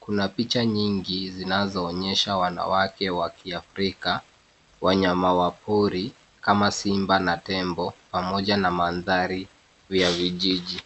Kuna picha nyingi zinazoonyesha wanawake wa kiafrika, wanyama wa pori kama simba na tembo, pamoja na mandhari ya vijiji.